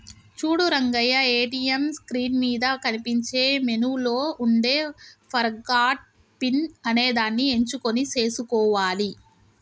చూడు Rangayya ATM screen మీద కనిపించే మెనూలో ఉండే ఫర్గాట్ పిన్ అనేదాన్ని ఎంచుకొని సేసుకోవాలి